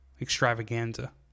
extravaganza